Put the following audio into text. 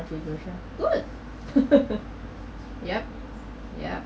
good yup yup